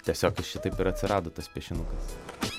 tiesiog šitaip ir atsirado tas piešinukas